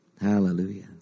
Hallelujah